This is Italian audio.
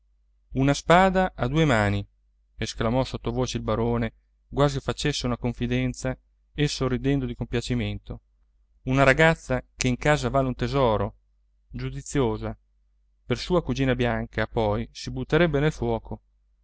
una spada a due mani esclamò sottovoce il barone quasi facesse una confidenza e sorridendo di compiacimento una ragazza che in casa vale un tesoro giudiziosa per sua cugina bianca poi si butterebbe nel fuoco